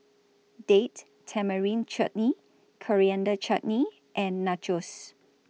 Date Tamarind Chutney Coriander Chutney and Nachos